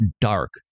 dark